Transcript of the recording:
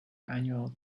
annual